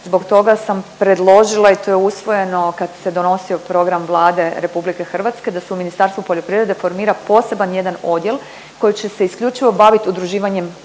Zbog toga sam predložila i to je usvojeno kad se donosio program Vlade RH da se u Ministarstvu poljoprivrede formira poseban jedan odjel koji će se isključivo baviti udruživanjem